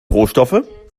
rohstoffe